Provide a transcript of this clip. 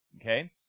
Okay